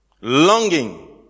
longing